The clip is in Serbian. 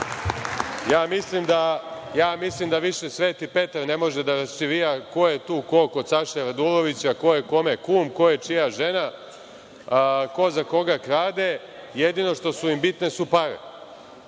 Ja mislim da Sveti Petar više ne može da raščivija ko je tu ko kod Saše Radulovića, ko je kome kum, ko je čija žena, ko za koga krade. Jedino što im je bitno, to